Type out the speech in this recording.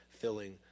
filling